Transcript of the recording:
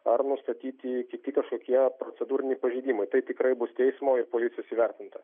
ar nustatyti kiti kažkokie procedūriniai pažeidimai tai tikrai bus teismo ir policijos įvertinta